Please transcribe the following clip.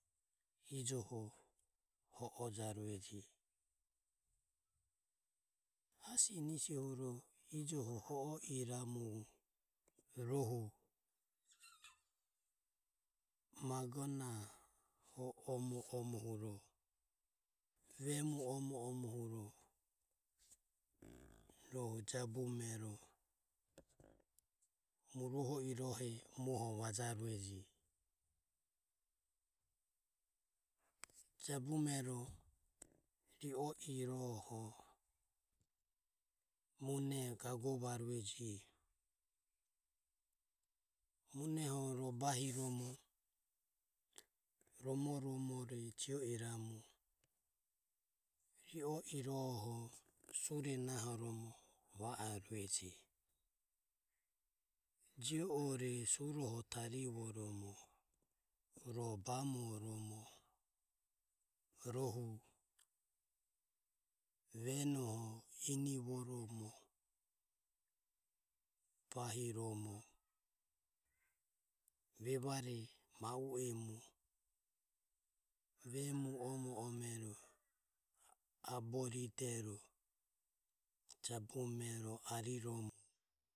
Ijoho ho o jaureje. Asinisohuro ijoho ho o iramu magonahe omo omero vemu omo omohuro rohu jabumero muroho irohe muoho vajaureje. Jabumero ri o irohoho mune gago va ruege. muneho ro bahiromo romo romoromre jio iramu ri o iroho jabume va arueje jio ore suroho tarivoromo ro bamoromo rohu venoho inivoromo bahiromo vevare ma u emu vemu omo omero aboridero jabume ariromo.